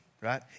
right